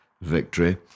victory